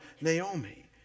Naomi